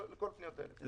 כן, לכל הפניות האלה.